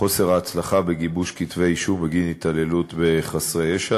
חוסר ההצלחה בגיבוש כתבי-אישום בגין התעללות בחסרי ישע.